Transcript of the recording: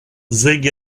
zig